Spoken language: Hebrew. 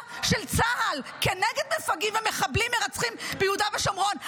של צה"ל כנגד מפגעים ומחבלים מרצחים ביהודה ושומרון.